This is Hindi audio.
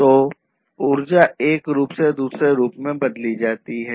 तो ऊर्जा एक रूप से दूसरे रूप में बदली जाती है